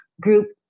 group